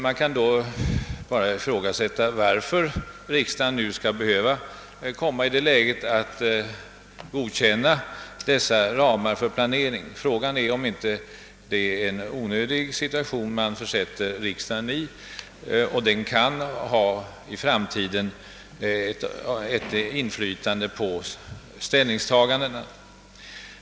Man kan då bara fråga sig varför riksdagen nu skall behöva godkänna dessa ramar för planeringen. Frågan är om det inte är onödigt att riksdagen försätter sig i en sådan situation, som kan ha inflytande på framtida ställningstaganden.